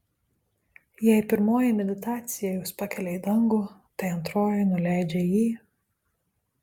jei pirmoji meditacija jus pakelia į dangų tai antroji nuleidžia į